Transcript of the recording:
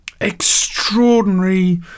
extraordinary